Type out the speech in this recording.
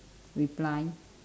reply